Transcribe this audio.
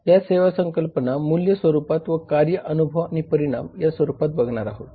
या सेवा संकल्पना मूल्य स्वरूप व कार्य अनुभव आणि परिणाम या स्वरूपात बघणार आहोत